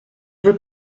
veux